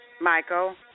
Michael